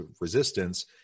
resistance